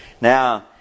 Now